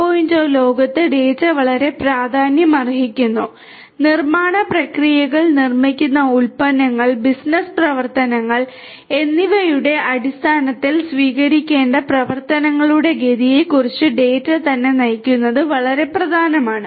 0 ലോകത്ത് ഡാറ്റ വളരെ പ്രാധാന്യമർഹിക്കുന്നു നിർമ്മാണ പ്രക്രിയകൾ നിർമ്മിക്കുന്ന ഉൽപ്പന്നങ്ങൾ ബിസിനസ്സ് പ്രവർത്തനങ്ങൾ എന്നിവയുടെ അടിസ്ഥാനത്തിൽ സ്വീകരിക്കേണ്ട പ്രവർത്തനങ്ങളുടെ ഗതിയെക്കുറിച്ച് ഡാറ്റ തന്നെ നയിക്കുന്നത് വളരെ പ്രധാനമാണ്